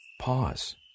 Pause